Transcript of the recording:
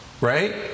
right